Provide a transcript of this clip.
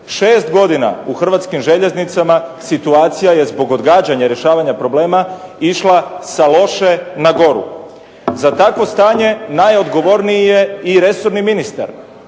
Šest godina u Hrvatskim željeznicama situacija je zbog odgađanja rješavanja problema išla sa loše na goru. Za takvo stanje najodgovorniji je i resorni ministar,